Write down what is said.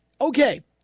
Okay